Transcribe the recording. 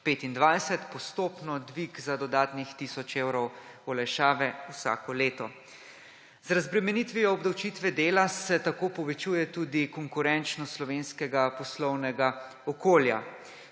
2025. Postopno, dvig za dodatnih tisoč evrov olajšave vsako leto. Z razbremenitvijo obdavčitve dela se tako povečuje tudi konkurenčnost slovenskega poslovnega okolja,